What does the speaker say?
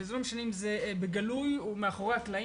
וזה לא משנה אם זה בגלוי או מאחורי הקלעים.